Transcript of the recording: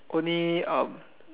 only uh